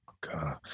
god